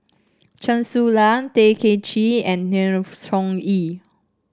Chen Su Lan Tay Kay Chin and Sng Choon Yee